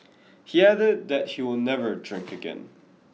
he added that he will never drink again